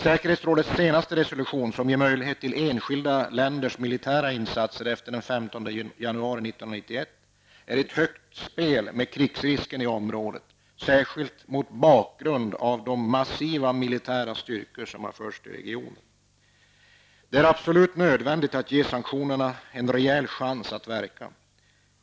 Säkerhetsrådets senaste resolution, som ger möjligheter till enskilda länders militära insatser efter den 15 januari 1991, är ett högt spel med krigsrisken i området, särskilt mot bakgrund av att massiva militära styrkor har förts till regionen. Det är absolut nödvändigt att ge sanktionerna en rejäl chans att verka.